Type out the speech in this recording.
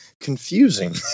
confusing